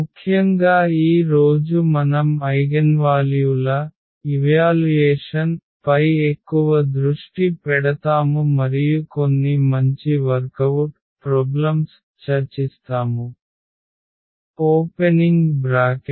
ముఖ్యంగా ఈ రోజు మనం ఐగెన్వాల్యూల మూల్యాంకనం పై ఎక్కువ దృష్టి పెడతాము మరియు కొన్ని మంచి వర్కవుట్ సమస్యలు చర్చిస్తాము